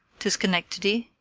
to schenectady,